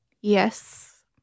Yes